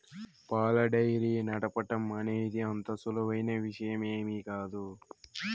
పాల డెయిరీ నడపటం అనేది అంత సులువైన విషయమేమీ కాదు